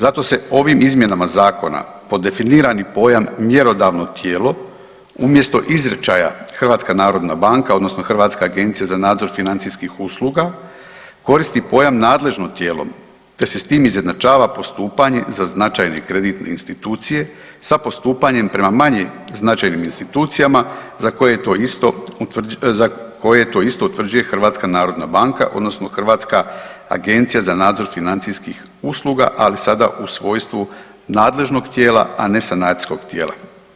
Zato se ovim izmjenama zakona pod definirani pojam mjerodavno tijelo umjesto izričaja Hrvatska narodna banka, odnosno Hrvatska agencija za nadzor financijskih usluga koristi pojam nadležno tijelo, te se s tim izjednačava postupanje za značajne kreditne institucije sa postupanjem prema manje značajnim institucijama za koje to isto utvrđuje Hrvatska narodna banka, odnosno Hrvatska agencija za nadzor financijskih usluga ali sada u svojstvu nadležnog tijela, a ne sanacijskog tijela.